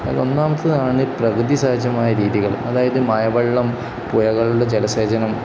അതിൽ ഒന്നാമത്തേതാണ് ഈ പ്രകൃതിസഹചമായ രീതികൾ അതായത് മഴവെള്ളം പുഴകളുടെ ജലസേചനം